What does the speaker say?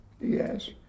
yes